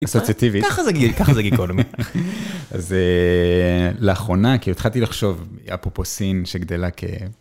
אקסוציטיבית. ככה זה גיקונומי. אז לאחרונה, התחלתי לחשוב, אפופוסין שגדלה כ...